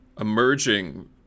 emerging